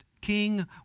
king